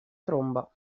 tromba